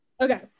Okay